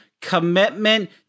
commitment